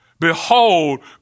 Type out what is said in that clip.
Behold